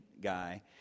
guy